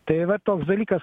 tai va toks dalykas